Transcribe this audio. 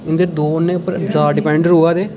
इं'दे दौनें पर ज्यादा डिपैंड र'वै दे